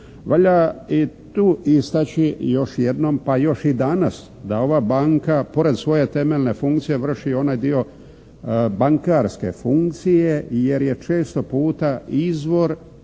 Valja i tu istaći još jednom pa još i danas da ova banka pored svoje temeljne funkcije vrši onaj dio bankarske funkcije jer je često puta izvor